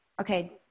okay